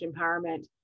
empowerment